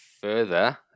further